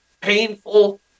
painful